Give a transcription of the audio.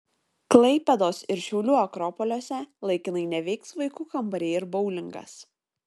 klaipėdos ir šiaulių akropoliuose laikinai neveiks vaikų kambariai ir boulingas